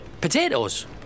Potatoes